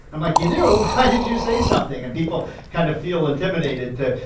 i'm like, you do? why did you say something? and people kind of feel intimidated to,